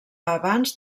abans